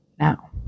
now